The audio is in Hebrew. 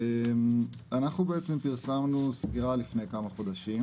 אנחנו פרסמנו סקירה לפני כמה חודשים.